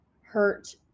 hurt